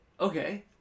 Okay